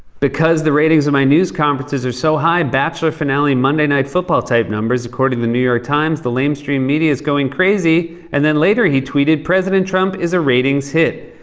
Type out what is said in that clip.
because the ratings of my news conferences are so high, bachelor' finale, monday night football type numbers according to the new york times, the lamestream media is going crazy. and then later he tweeted, president trump is a ratings hit.